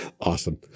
Awesome